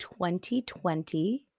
2020